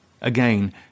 Again